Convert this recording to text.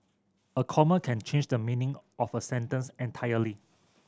a comma can change the meaning of a sentence entirely